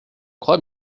crois